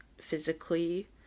physically